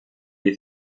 dei